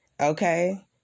Okay